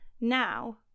Now